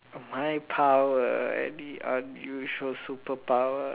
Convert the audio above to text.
my power any unusual superpower uh